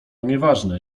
nieważne